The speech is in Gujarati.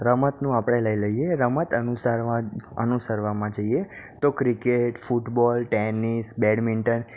રમતનું આપણે લઈ લઈએ રમત અનુસરવામાં જઈએ તો ક્રિકેટ ફૂટબોલ ટેનિસ બેડમિન્ટન